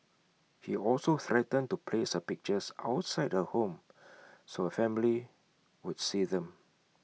he also threatened to place her pictures outside her home so her family would see them